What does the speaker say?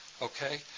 Okay